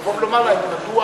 לבוא ולומר מה